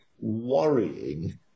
worrying